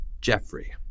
Jeffrey